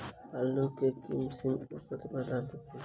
आलु केँ के किसिम उन्नत पैदावार देत?